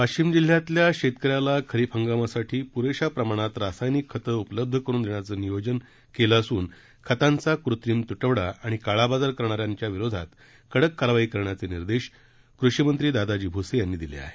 वाशीम जिल्ह्यातल्या शेतकऱ्याला खरीप हंगामासाठी पुरेशा प्रमाणात रासायनिक खतं उपलब्ध करून देण्याचं नियोजन करण्यात आलं असून खतांचा कृत्रिम तुटवडा आणि काळा बाजार करणाऱ्या विरोधात कडक कारवाईचे निर्देश कृषी मंत्री दादाजी भुसे यांनी दिले आहेत